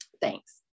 Thanks